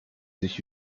sich